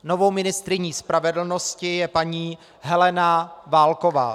Novou ministryní spravedlnosti je paní Helena Válková.